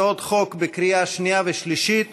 הצעות חוק בקריאה שנייה ושלישית,